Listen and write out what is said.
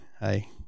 Hey